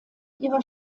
ihrer